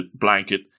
blanket